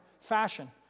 fashion